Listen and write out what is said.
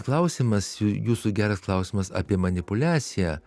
klausimas jūsų geras klausimas apie manipuliaciją